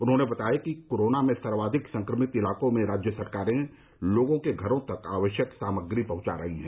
उन्होंने बताया कि कोरोना से सर्वाधिक संक्रमित इलाकों में राज्य सरकारें लोगों के घरों तक आवश्यक सामग्री पहुंचा रही हैं